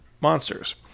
monsters